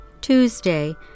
Tuesday